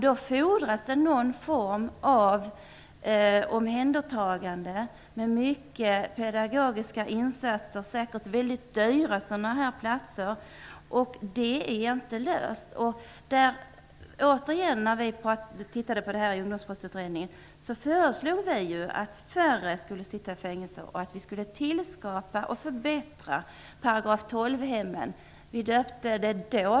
Då fordras det någon form av omhändertagande med mycket pedagogiska insatser, och sådana platser är säkert väldigt dyra. Det problemet är inte löst. När vi såg över detta i Ungdomsbrottsutredningen föreslog vi att färre skulle sitta i fängelse och att det skulle tillskapas § 12-hem samtidigt som de § 12-hem som redan fanns skulle förbättras.